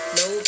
no